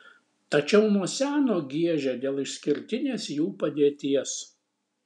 tačiau nuo seno giežė dėl išskirtinės jų padėties